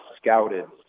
scouted